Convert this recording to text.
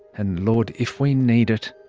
and lord, if we need it,